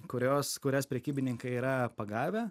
kurios kurias prekybininkai yra pagavę